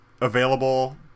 available